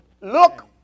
look